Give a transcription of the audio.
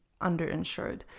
underinsured